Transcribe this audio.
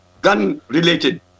gun-related